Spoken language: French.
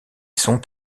sont